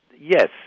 Yes